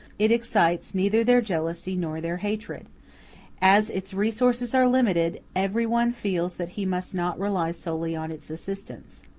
it excites neither their jealousy nor their hatred as its resources are limited, every one feels that he must not rely solely on its assistance.